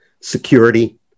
security